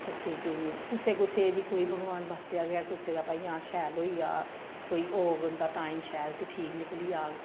बच्चे केईं कुसै कुसै दी कोई भगवान पासेआ गै हां भाई शैल होई जाऽ कोई होग उं'दा टाइम शैल ते ठीक निकली जाह्ग